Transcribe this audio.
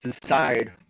decide